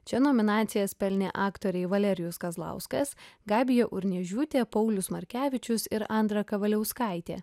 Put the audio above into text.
čia nominacijas pelnė aktoriai valerijus kazlauskas gabija urniežiūtė paulius markevičius ir andra kavaliauskaitė